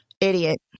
Idiot